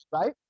right